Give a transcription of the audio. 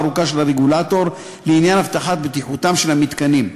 הארוכה של הרגולטור לעניין הבטחת בטיחותם של המתקנים.